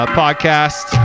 podcast